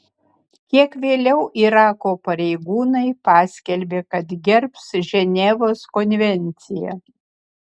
kiek vėliau irako pareigūnai paskelbė kad gerbs ženevos konvenciją